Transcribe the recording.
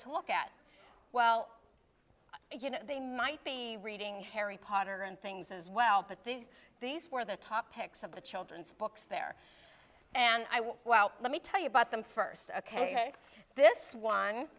to look at well you know they might be reading harry potter and things as well but these these were the top picks of the children's books there and i was well let me tell you about them first ok this one